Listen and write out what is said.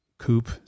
coupe